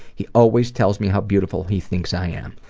he always tells me how beautiful he thinks i am.